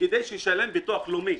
לביטוח הלאומי.